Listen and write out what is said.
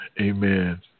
Amen